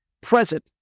present